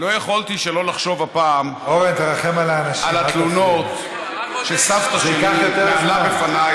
לא יכולתי שלא לחשוב הפעם על התלונות שסבתא שלי התלוננה בפניי